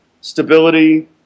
stability